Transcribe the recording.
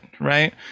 Right